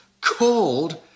called